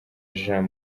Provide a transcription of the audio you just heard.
jean